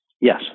yes